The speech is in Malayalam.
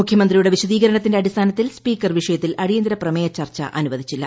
മുഖ്യമന്ത്രിയുടെ വിശദീകരണത്തിന്റെ അടിസ്ഥാനത്തിൽ സ്പീക്കർ വിഷയത്തിൽ അടിയന്തര പ്രമേയ ചർച്ച അനുവദിച്ചില്ല